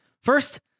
First